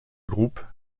groupe